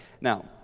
Now